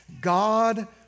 God